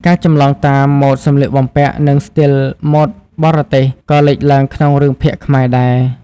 ការចម្លងតាម ម៉ូដសម្លៀកបំពាក់ និងស្ទីលម៉ូតបរទេសក៏លេចឡើងក្នុងរឿងភាគខ្មែរដែរ។